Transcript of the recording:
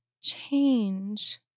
change